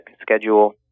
schedule